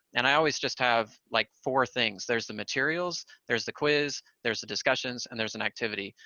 and i always just have like four things. there's the materials, there's the quiz, there's the discussions, and there's an activity,